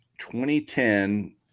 2010